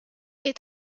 les